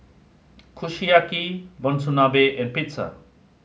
Kushiyaki Monsunabe and Pizza